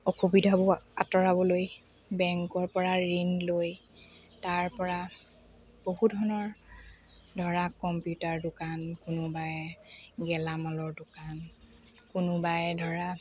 অসুবিধাবোৰ আঁতৰাবলৈ বেংকৰ পৰা ঋণ লৈ তাৰ পৰা বহু ধৰণৰ ধৰা কম্পিউটাৰ দোকান কোনোবাই গেলামালৰ দোকান কোনোবাই ধৰা